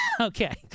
Okay